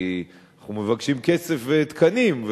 כי אנחנו מבקשים כסף ותקנים,